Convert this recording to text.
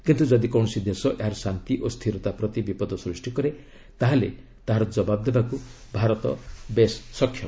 କିନ୍ତୁ ଯଦି କୌଣସି ଦେଶ ଏହାର ଶାନ୍ତି ଓ ସ୍ଥିରତା ପ୍ରତି ବିପଦ ସୃଷ୍ଟି କରେ ତାହାହେଲେ ତାହାର ଜବାବ୍ ଦେବାକୁ ଭାରତ ଯଥେଷ୍ଟ ସକ୍ଷମ